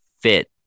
fit